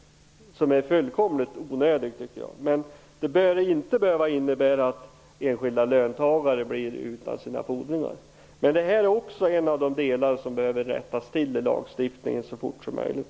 Det behöver dock inte innebära att enskilda löntagare blir utan sina fordringar. Men det här är en av de delar av lagstiftningen som behöver rättas till så snabbt som möjligt.